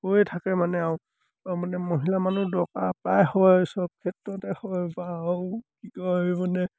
হৈয়ে থাকে মানে আৰু মানে মহিলা মানুহ দৰকাৰ প্ৰায় হয় চব ক্ষেত্ৰতে হয় বা আৰু কি কয় মানে